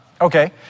Okay